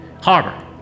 harbor